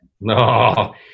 No